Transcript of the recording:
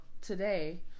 today